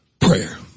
prayer